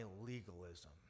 legalism